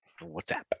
WhatsApp